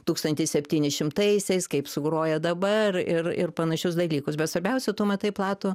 tūkstantis septyni šimtaisiais kaip sugroja dabar ir ir panašius dalykus bet svarbiausia tu matai platų